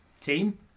team